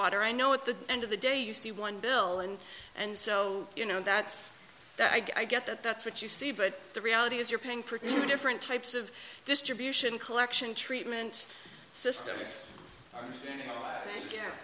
wastewater i know at the end of the day you see one bill and and so you know that's that i get that that's what you see but the reality is you're paying for two different types of distribution collection treatment system